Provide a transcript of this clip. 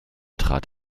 trat